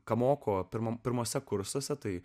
ka moko pirmam pirmuose kursuose tai